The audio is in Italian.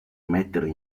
mettere